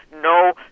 no